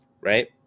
right